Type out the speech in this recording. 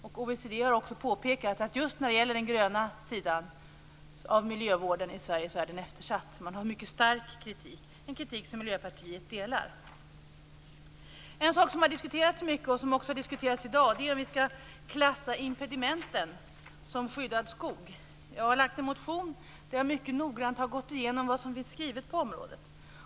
OECD har också påpekat att just den gröna sidan av miljövården i Sverige är eftersatt. Man har mycket stark kritik, och Miljöpartiet delar denna kritik. En sak som har diskuterats mycket - också här i dag - är om vi skall klassa impedimenten som skyddad skog. Jag har lagt fram en motion där jag mycket noggrant har gått igenom vad som finns skrivet på området.